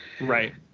Right